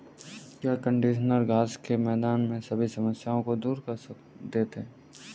क्या कंडीशनर घास के मैदान में सभी समस्याओं को दूर कर देते हैं?